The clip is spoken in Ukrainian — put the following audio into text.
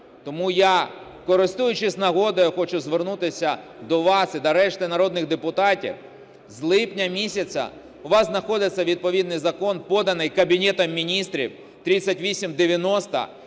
Тому, я користуючись нагодою хочу звернутися до вас і до решти народних депутатів. З липня місяця у вас знаходиться відповідний закон, поданий Кабінетом Міністрів, 3890,